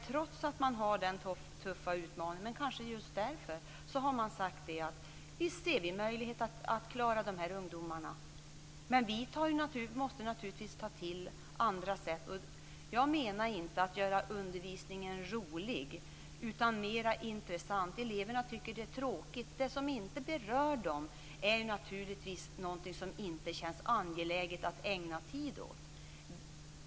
Trots den tuffa utmaningen - kanske just därför - har man sagt att man visst ser möjligheter att klara dessa ungdomar. Vi måste naturligtvis ta till andra sätt. Jag menar inte att vi skall göra undervisningen rolig utan mer intressant. Eleverna tycker att det är tråkigt. Det som inte berör dem känns naturligtvis inte angeläget att ägna tid åt.